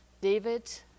David